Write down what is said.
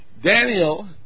Daniel